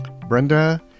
Brenda